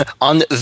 on